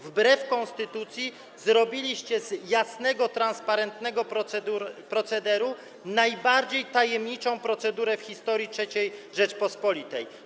Wbrew konstytucji zrobiliście z jasnego, transparentnego procederu najbardziej tajemniczą procedurę w historii III Rzeczypospolitej.